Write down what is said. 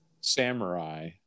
samurai